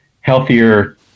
healthier